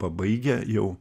pabaigę jau